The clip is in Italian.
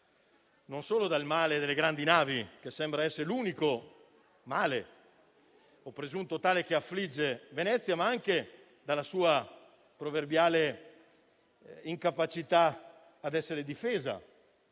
non solo dal male delle grandi navi, che sembra essere l'unico male, o presunto tale, che affligge Venezia, ma anche dalla sua proverbiale incapacità a difendersi